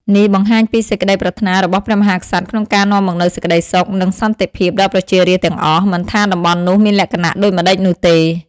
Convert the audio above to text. នេះបង្ហាញពីសេចក្តីប្រាថ្នារបស់ព្រះមហាក្សត្រក្នុងការនាំមកនូវសេចក្តីសុខ និងសន្តិភាពដល់ប្រជារាស្ត្រទាំងអស់ មិនថាតំបន់នោះមានលក្ខណៈដូចម្ដេចនោះទេ។